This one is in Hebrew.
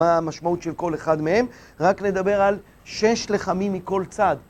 מה המשמעות של כל אחד מהם, רק לדבר על שש לחמים מכל צד.